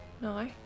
No